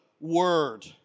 Word